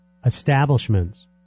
Establishments